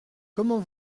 comment